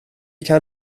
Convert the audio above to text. kan